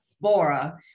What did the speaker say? Bora